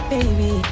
Baby